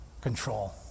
control